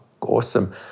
awesome